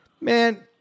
Man